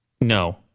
no